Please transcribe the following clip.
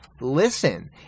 listen